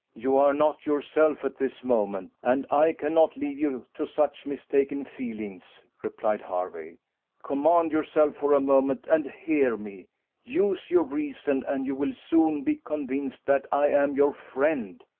you are not yourself at this moment, and i cannot leave you to such mistaken feelings, replied hervey command yourself for a moment, and hear me use your reason, and you will soon be convinced that i am your friend.